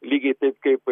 lygiai taip kaip